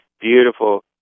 beautiful